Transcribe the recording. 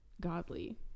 godly